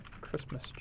Christmas